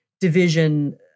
division